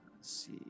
see